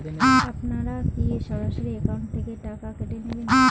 আপনারা কী সরাসরি একাউন্ট থেকে টাকা কেটে নেবেন?